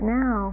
now